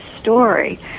story